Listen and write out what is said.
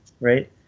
right